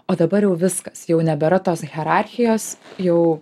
o dabar jau viskas jau nebėra tos hierarchijos jau